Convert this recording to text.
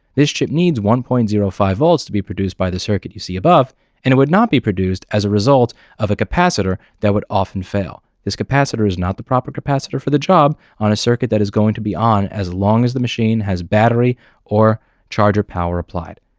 this chip needs one point zero five volts to be produced by the circuit you see above and it would not be produced as a result of a capacitor that would often fail. this capacitor is not the proper capacitor for the job on a circuit that is going to be on as long as the machine has battery or charger power applied.